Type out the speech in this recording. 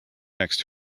next